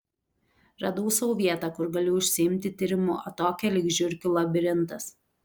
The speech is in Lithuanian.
radau sau vietą kur galiu užsiimti tyrimu atokią lyg žiurkių labirintas